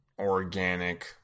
organic